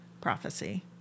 prophecy